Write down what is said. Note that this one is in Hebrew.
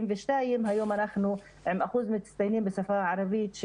היום אנחנו עומדים על 16.48% מצטיינים בשפה הערבית.